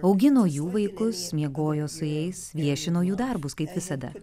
augino jų vaikus miegojo su jais viešino jų darbus kaip visada